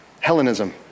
Hellenism